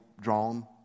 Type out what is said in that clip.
drawn